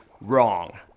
wrong